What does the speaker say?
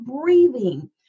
breathing